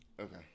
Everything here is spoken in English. Okay